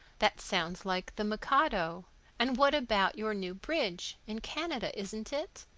that sounds like the mikado and what about your new bridge in canada, isn't it,